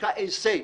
ללשכה אין say.